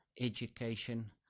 education